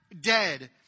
dead